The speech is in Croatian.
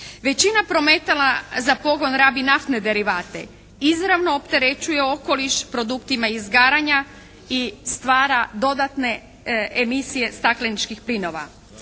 Većina prometala za pogon radi naftne derivate, izravno opterećuje okoliš produktima izgaranja i stvara dodatne emisije stakleničkih plinova.